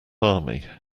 army